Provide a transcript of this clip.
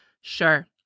sure